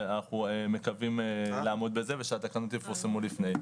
ואנחנו מקווים לעמוד בזה ושהתקנות יפורסמו לפני.